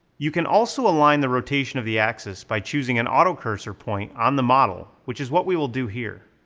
you can also align the rotation of the axis by choosing an autocursor point on the model, which is what we will do here.